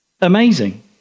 Amazing